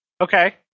Okay